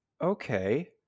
Okay